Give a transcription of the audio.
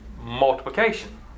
multiplication